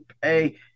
pay